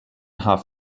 half